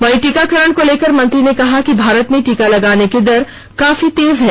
वहीं टीकाकरण को लेकर मंत्री ने कहा कि भारत में टीका लगाने की दर काफी तेज है